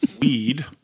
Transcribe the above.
weed